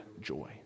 joy